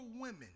women